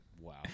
Wow